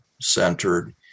centered